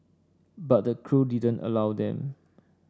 but the crew didn't allow them